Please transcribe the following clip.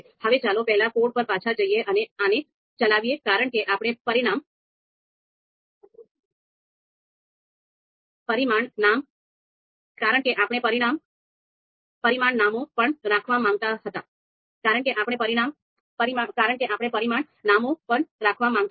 હવે ચાલો પાછલા કોડ પર પાછા જઈએ અને આને ચલાવીએ કારણ કે આપણે પરિમાણ નામો પણ રાખવા માંગતા હતા